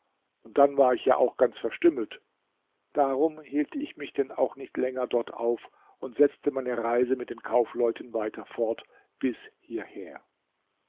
und dann war ich ja auch ganz verstümmelt darum hielt ich mich denn auch nicht länger dort auf und setzte meine reise mit den kaufleuten weiter fort bis hierher